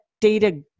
data